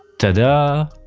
tadaa,